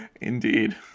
Indeed